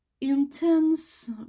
intense